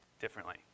differently